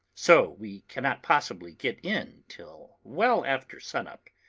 so we cannot possibly get in till well after sun-up.